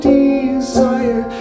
desire